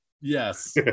Yes